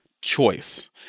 choice